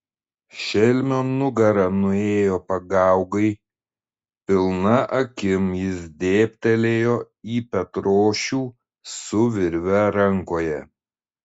šelmio nugara nuėjo pagaugai pilna akim jis dėbtelėjo į petrošių su virve rankoje